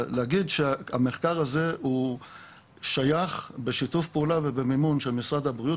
להגיד שהמחקר הזה הוא שייך בשיתוף פעולה ובמימון של משרד הבריאות,